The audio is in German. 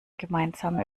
gemeinsame